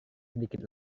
sedikit